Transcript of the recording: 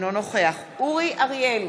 אינו נוכח אורי אריאל,